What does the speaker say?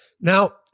Now